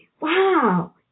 wow